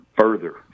further